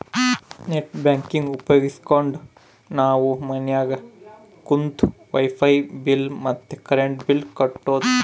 net banking ಉಪಯೋಗಿಸ್ಕೆಂಡು ನಾವು ಮನ್ಯಾಗ ಕುಂತು ವೈಫೈ ಬಿಲ್ ಮತ್ತೆ ಕರೆಂಟ್ ಬಿಲ್ ಕಟ್ಬೋದು